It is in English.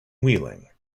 wheeling